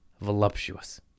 Voluptuous